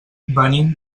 venim